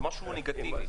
זה משהו נגטיבי.